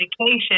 education